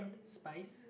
spize